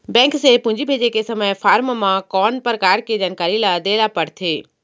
Bank से पूंजी भेजे के समय फॉर्म म कौन परकार के जानकारी ल दे ला पड़थे?